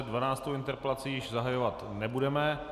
Dvanáctou interpelaci již zahajovat nebudeme.